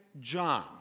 John